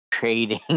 trading